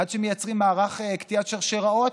עד שמייצרים מערך קטיעת שרשראות